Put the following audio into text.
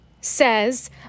says